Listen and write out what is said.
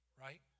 right